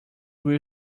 will